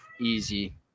Easy